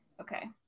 okay